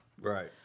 Right